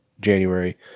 January